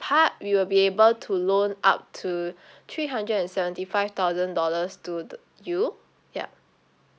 part we will be able to loan up to three hundred and seventy five thousand dollars to t~ you yup